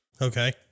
Okay